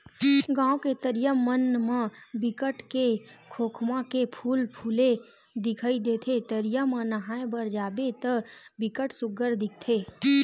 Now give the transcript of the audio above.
गाँव के तरिया मन म बिकट के खोखमा के फूल फूले दिखई देथे, तरिया म नहाय बर जाबे त बिकट सुग्घर दिखथे